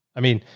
i mean,